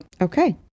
Okay